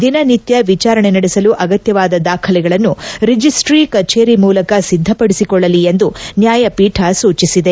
ದಿನ ನಿತ್ಯ ವಿಚಾರಣೆ ನಡೆಸಲು ಅಗತ್ಯವಾದ ದಾಖಲೆಗಳನ್ನು ರಿಜಿಸ್ಟಿ ಕಚೇರಿ ಕೂಡ ಸಿದ್ದಪಡಿಸಿಕೊಳ್ಳಲಿ ಎಂದು ನ್ಯಾಯಪೀಠ ಸೂಚಿಸಿದೆ